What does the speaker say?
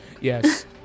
Yes